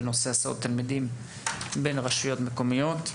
בנושא הסעות תלמידים בין רשויות מקומיות.